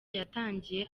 yatangiye